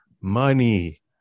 money